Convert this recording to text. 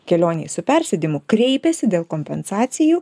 kelionėj su persėdimu kreipiasi dėl kompensacijų